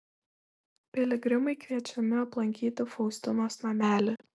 piligrimai kviečiami aplankyti faustinos namelį